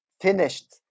finished